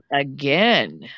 again